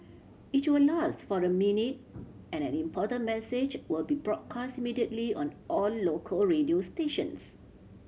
it's will last for a minute and an important message will be broadcast immediately on all local radio stations